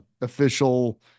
official